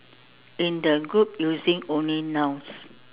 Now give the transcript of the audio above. in the group using only nouns